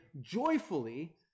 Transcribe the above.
joyfully